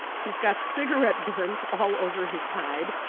he's got cigarette burns all over his hide.